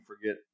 forget